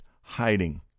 hiding